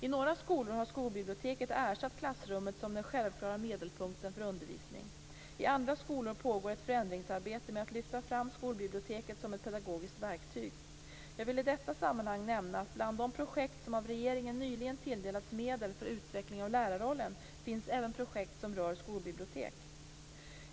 I några skolor har skolbiblioteket ersatt klassrummet som den självklara medelpunkten för undervisningen. I andra skolor pågår ett förändringsarbete med att lyfta fram skolbiblioteket som ett pedagogiskt verktyg. Jag vill i detta sammanhang nämna att bland de projekt som av regeringen nyligen tilldelats medel för utveckling av lärarrollen finns även projekt som rör skolbibliotek.